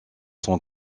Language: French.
son